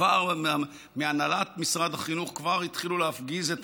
כבר מהנהלת משרד החינוך התחילו להפגיז את